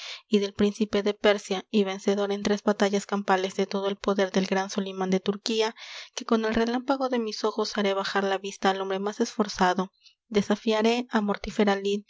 y del príncipe de persia y vencedor en tres batallas campales de todo el poder del gran soliman de turquía que con el relámpago de mis ojos haré bajar la vista al hombre más esforzado desafiaré á